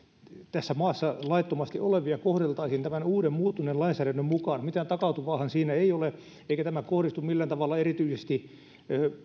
tässä maassa laittomasti olevia kohdeltaisiin tämän uuden muuttuneen lainsäädännön mukaan mitään takautuvaahan siinä ei ole eikä tämä kohdistu millään tavalla erityisesti